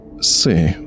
see